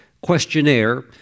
questionnaire